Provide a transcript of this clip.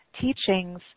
teachings